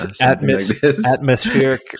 atmospheric